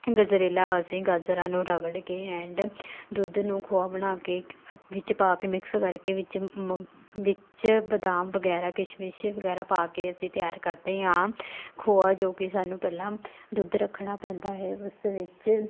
ਗਜਰੇਲਾ ਅਸੀਂ ਗਾਜਰਾਂ ਨੂੰ ਰਗੜ ਕੇ ਐਂਡ ਦੁੱਧ ਨੂੰ ਖੋਆ ਬਣਾ ਕੇ ਵਿੱਚ ਪਾ ਕੇ ਮਿਕਸ ਕਰਕੇ ਵਿੱਚ ਮ ਵਿੱਚ ਬਦਾਮ ਵਗੈਰਾ ਕਿਸ਼ਮਿਸ਼ ਵਗੈਰਾ ਪਾ ਕੇ ਅਸੀਂ ਤਿਆਰ ਕਰਦੇ ਹਾਂ ਖੋਆ ਜੋ ਕਿ ਸਾਨੂੰ ਪਹਿਲਾਂ ਦੁੱਧ ਰੱਖਣਾ ਪੈਂਦਾ ਹੈ ਉਸ ਵਿੱਚ